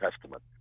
Testament